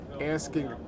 asking